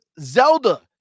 Zelda